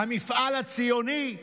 המפעל הציוני?